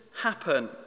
happen